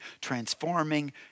transforming